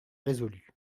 résolue